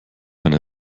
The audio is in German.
eine